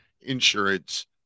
Insurance